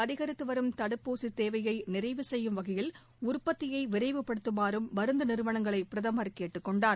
அதிகரித்துவரும் தடுப்பூசி தேவையை நிறைவு செய்யும் வகையில் உற்பத்தியை விரைவுபடுத்துமாறும் மருந்து நிறுவனங்களை பிரதமர் கேட்டுக் கொண்டார்